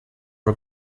her